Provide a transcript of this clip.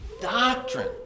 doctrine